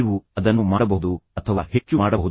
ನೀವು ಅದನ್ನು ಮಾಡಬಹುದು ಅಥವಾ ಹೆಚ್ಚು ಮಾಡಬಹುದು